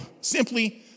Simply